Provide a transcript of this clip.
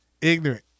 ignorant